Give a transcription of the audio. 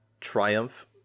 triumph